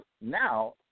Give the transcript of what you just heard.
now